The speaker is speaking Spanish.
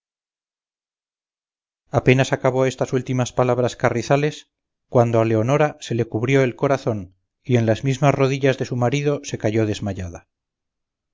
apenas acabó estas últimas palabras carrizales cuando a leonora se le cubrió el corazón y en las mismas rodillas de su marido se cayó desmayada